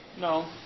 No